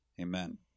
amen